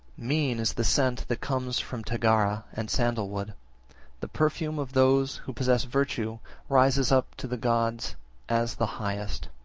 mean is the scent that comes from tagara and sandal-wood the perfume of those who possess virtue rises up to the gods as the highest.